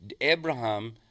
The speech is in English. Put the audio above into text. Abraham